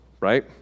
right